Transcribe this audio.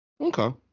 Okay